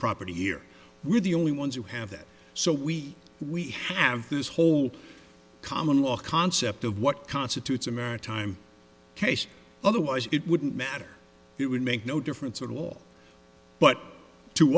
property year we're the only ones who have that so we we have this whole common law concept of what constitutes a maritime case otherwise it wouldn't matter it would make no difference at all but to